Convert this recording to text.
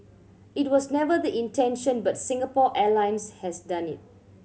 it was never the intention but Singapore Airlines has done it